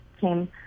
came